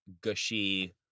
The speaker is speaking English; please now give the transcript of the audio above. gushy